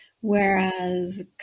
whereas